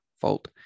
fault